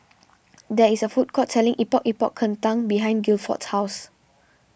there is a food court selling Epok Epok Kentang behind Gilford's house